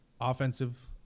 offensive